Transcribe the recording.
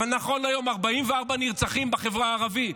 אבל נכון להיום, 44 נרצחים בחברה הערבית,